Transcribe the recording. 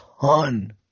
ton